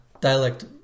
Dialect